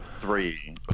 three